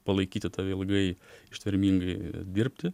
palaikyti tave ilgai ištvermingai dirbti